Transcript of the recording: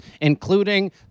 including